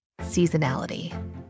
seasonality